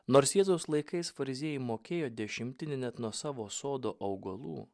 nors jėzaus laikais fariziejai mokėjo dešimtinę net nuo savo sodo augalų